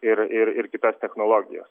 ir ir ir kitas technologijas